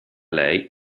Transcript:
lei